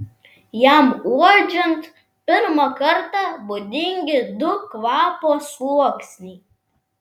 jam uodžiant pirmą kartą būdingi du kvapo sluoksniai